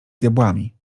diabłami